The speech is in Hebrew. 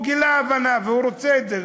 הוא גילה הבנה והוא רוצה את זה.